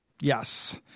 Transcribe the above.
Yes